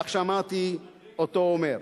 כך שמעתי אותו אומר.